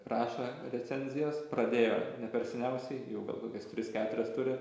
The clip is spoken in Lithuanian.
raša recenzijos pradėjo ne per seniausiai jau gal kokias tris keturias turi